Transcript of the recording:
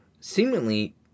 seemingly